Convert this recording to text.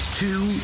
two